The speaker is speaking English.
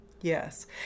Yes